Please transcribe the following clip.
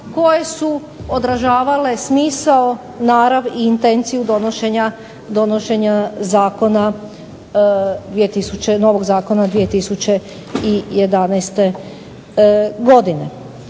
koje su odražavale smisao, narav i intenciju donošenja novog zakona 2011. godine.